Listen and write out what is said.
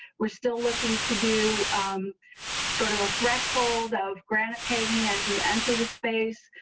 we're still looking to do sort of a threshold of granite paving as you enter the space.